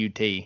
UT